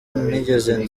nigeze